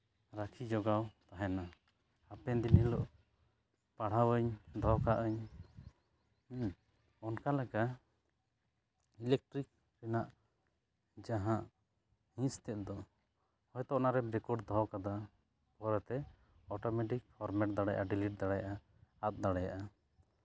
ᱨᱟᱠᱷᱤ ᱡᱳᱜᱟᱣ ᱛᱟᱦᱮᱸᱱᱟ ᱦᱟᱯᱮᱱ ᱫᱤᱱ ᱦᱤᱞᱳᱜ ᱯᱟᱲᱦᱟᱣ ᱟᱹᱧ ᱫᱚᱦᱚ ᱠᱟᱜ ᱟᱹᱧ ᱚᱱᱠᱟ ᱞᱮᱠᱟ ᱤᱞᱮᱠᱴᱨᱤᱠ ᱨᱮᱱᱟᱜ ᱡᱟᱦᱟᱸ ᱦᱤᱸᱥ ᱛᱮᱫ ᱫᱚ ᱦᱚᱭᱛᱳ ᱚᱱᱟᱨᱮᱢ ᱨᱮᱠᱚᱨᱰ ᱫᱚᱦᱚ ᱠᱟᱫᱟ ᱯᱚᱨᱮᱛᱮ ᱚᱴᱳᱢᱮᱴᱤᱠ ᱯᱷᱚᱨᱢᱨᱴ ᱫᱟᱲᱮᱭᱟᱜᱼᱟ ᱰᱤᱞᱤᱴ ᱫᱟᱲᱮᱭᱟᱜᱼᱟ ᱟᱫ ᱫᱟᱲᱮᱭᱟᱜᱼᱟ